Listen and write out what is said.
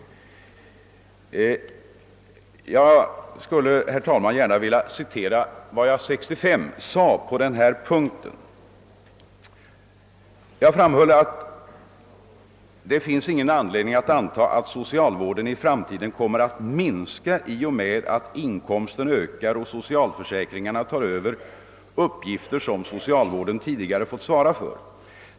Jag skulle, herr talman, gärna vilja citera vad jag sade 1965 på denna punkt. Jag framhöll bl.a. följande: »Det finns därför ingen anledning antaga att socialvården i framtiden kommer att minska i och med att inkomsten ökar och socialförsäkringarna tar över uppgifter som socialvården tidigare fått svara för.